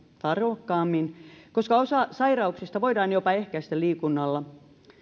tarmokkaammin koska osa sairauksista voidaan jopa ehkäistä liikunnalla